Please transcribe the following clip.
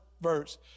verse